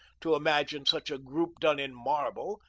to imagine such a group done in marble,